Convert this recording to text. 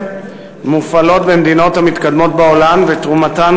מופעלות במדינות המתקדמות בעולם ותרומתן